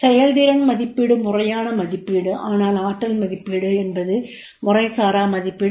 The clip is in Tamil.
செயல்திறன் மதிப்பீடு முறையான மதிப்பீடு ஆனால் ஆற்றல் மதிப்பீடு என்பது முறைசாரா மதிப்பீடு